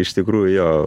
iš tikrųjų jo